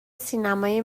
سینمای